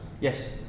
Yes